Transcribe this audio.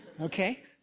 Okay